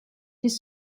his